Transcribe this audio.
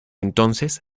entonces